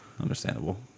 understandable